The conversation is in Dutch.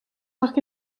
lag